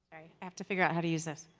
i have to figure out how to use this.